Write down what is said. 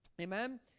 Amen